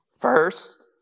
First